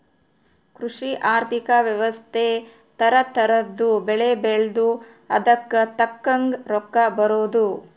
ಕೃಷಿ ಆರ್ಥಿಕ ವ್ಯವಸ್ತೆ ತರ ತರದ್ ಬೆಳೆ ಬೆಳ್ದು ಅದುಕ್ ತಕ್ಕಂಗ್ ರೊಕ್ಕ ಬರೋದು